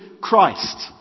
Christ